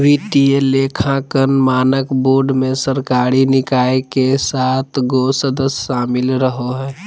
वित्तीय लेखांकन मानक बोर्ड मे सरकारी निकाय के सात गो सदस्य शामिल रहो हय